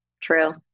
True